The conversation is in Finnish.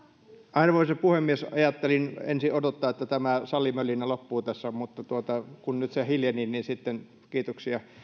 arvoisa puhemies ajattelin ensin odottaa että tämä salimölinä loppuu tässä mutta kun se nyt hiljeni niin sitten kiitoksia